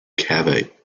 cavite